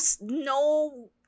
No